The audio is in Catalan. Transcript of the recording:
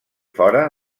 fora